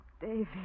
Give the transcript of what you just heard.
David